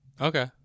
okay